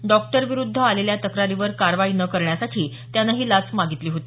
डॉक्टराविरुध्द आलेल्या तक्रारीवर कारवाई न करण्यासाठी त्यानं ही लाच मागितली होती